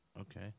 Okay